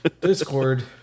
Discord